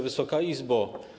Wysoka Izbo!